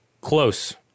Close